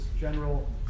general